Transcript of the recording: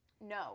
No